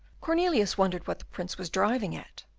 cornelius wondered what the prince was driving at.